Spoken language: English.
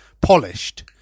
polished